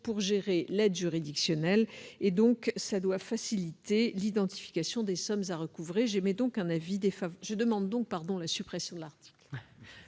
pour gérer l'aide juridictionnelle, ce qui devrait faciliter l'identification des sommes à recouvrer. Je demande donc la suppression de l'article